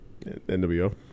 NWO